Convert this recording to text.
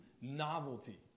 novelty